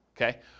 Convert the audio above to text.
okay